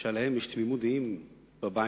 שעליהם יש תמימות דעים בבית